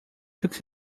took